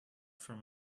from